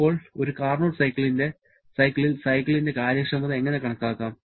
ഇപ്പോൾ ഒരു കാർനോട്ട് സൈക്കിളിൽ സൈക്കിളിന്റെ കാര്യക്ഷമത എങ്ങനെ കണക്കാക്കാം